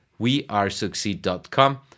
WeAreSucceed.com